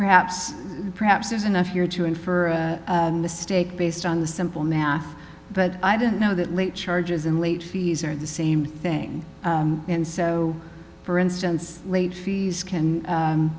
perhaps perhaps there's enough here to infer the stake based on the simple math but i didn't know that late charges and late fees are the same thing and so for instance late fees can